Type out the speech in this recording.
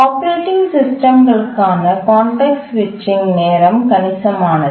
operating சிஸ்டம்களுக்கான context சுவிட்சிங் நேரம் கணிசமானது